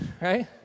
right